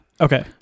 Okay